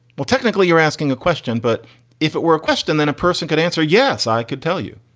well, technically, you're asking a question. but if it were a question, then a person could answer, yes, i could tell you,